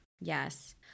Yes